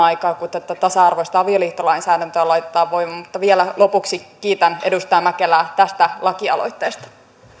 aikaan kuin tätä tasa arvoista avioliittolainsäädäntöä laitetaan voimaan mutta vielä lopuksi kiitän edustaja mäkelää tästä lakialoitteesta